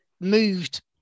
moved